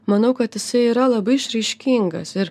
manau kad jisai yra labai išraiškingas ir